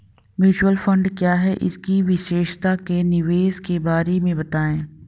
Mutual fund क्या है इसकी विशेषता व निवेश के बारे में बताइये?